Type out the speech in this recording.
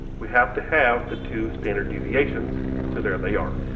we have to have the two standard deviations so there they are.